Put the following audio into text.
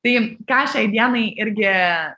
tai ką šiai dienai irgi